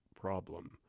Problem